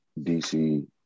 DC